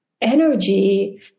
energy